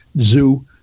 zoo